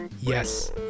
Yes